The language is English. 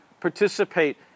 participate